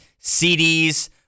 CDs